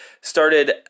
started